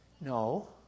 no